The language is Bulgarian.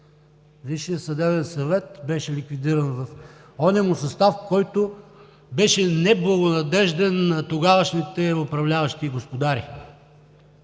Висшият съдебен съвет беше ликвидиран в оня му състав, който беше неблагонадежден на тогавашните управляващи господари.